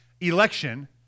election—